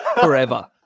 forever